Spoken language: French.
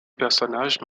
personnages